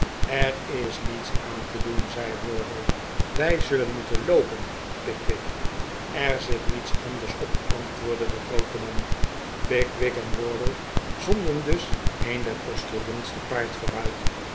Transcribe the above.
er is niets aan te doen zei wardle wij zullen moeten loopen pickwick er zit niets anders op antwoordde de groote man pickwick en wardle zonden dus een der postiljons te paard vooruit